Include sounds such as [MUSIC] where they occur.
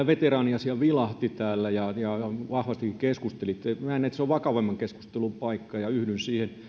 [UNINTELLIGIBLE] veteraaniasia vilahti täällä ja vahvasti keskustelitte näen että se on vakavamman keskustelun paikka ja yhdyn